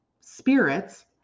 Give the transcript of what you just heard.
spirits